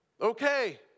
Okay